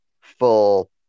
full